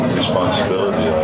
responsibility